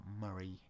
Murray